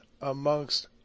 amongst